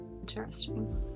Interesting